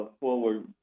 forward